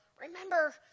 Remember